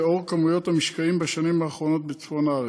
לנוכח כמויות המשקעים בשנים האחרונות בצפון הארץ.